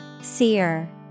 Seer